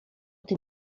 tym